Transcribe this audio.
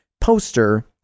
poster